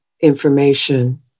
information